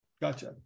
Gotcha